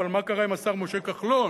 אבל מה קרה עם השר משה כחלון.